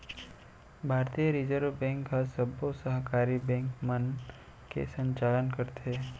भारतीय reserve bank ह सबो सहकारी बेंक मन के संचालन करथे